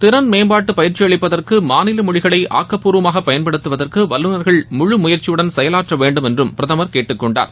திறன் மேம்பாட்டு பயிற்சி அளிப்பதற்கு மாநில மொழிகளை ஆக்கப்பூர்வமாக பயன்படுத்துவதற்கு வல்லுநர்கள் முழு முயற்சியுடன் செயலாற்ற வேண்டும் என்று பிரதமர் கேட்டுக்கொண்டார்